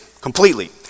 completely